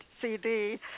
CD